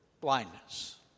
blindness